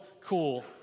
cool